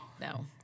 No